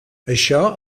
això